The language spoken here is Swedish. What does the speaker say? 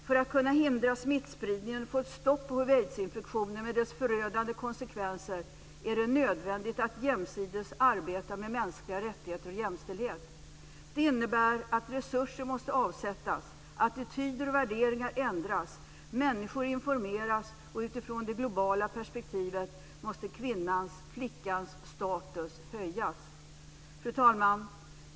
För att kunna hindra smittspridningen och få ett stopp på hiv/aidsinfektionen med dess förödande konsekvenser är det nödvändigt att jämsides arbeta med mänskliga rättigheter och jämställdhet. Det innebär att resurser måste avsättas, attityder och värderingar ändras, människor informeras, och utifrån det globala perspektivet måste kvinnans och flickans status höjas. Fru talman!